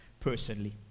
personally